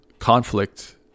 conflict